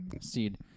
seed